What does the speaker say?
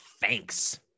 Thanks